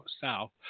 south